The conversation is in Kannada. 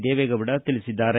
ದೇವೆಗೌಡ ತಿಳಿಸಿದ್ದಾರೆ